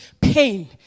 pain